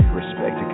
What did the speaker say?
respect